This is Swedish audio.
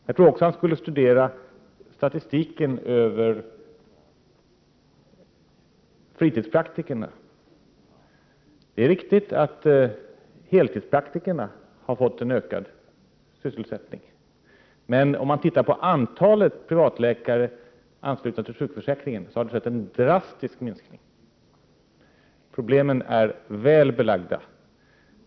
Jag tror också att han skulle studera statistiken över fritidspraktikerna. Det är riktigt att heltidspraktikerna har fått en ökad sysselsättning, men om man tittar på antalet privatläkare anslutna till sjukförsäkringen skall man finna att det skett en drastisk minskning. Att det uppstått problem är väl belagt.